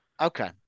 Okay